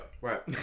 right